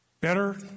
Better